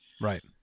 right